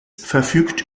verfügt